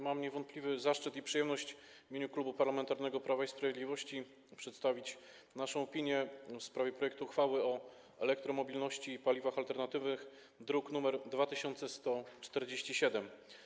Mam niewątpliwy zaszczyt i przyjemność w imieniu Klubu Parlamentarnego Prawo i Sprawiedliwość przedstawić naszą opinię w sprawie projektu ustawy o elektromobilności i paliwach alternatywnych, druk nr 2147.